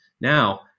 Now